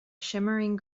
shimmering